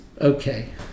Okay